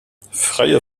freie